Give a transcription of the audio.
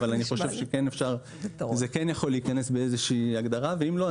אבל אני חושב שזה כן יכול להיכנס באיזושהי הגדרה ואם לא,